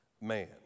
man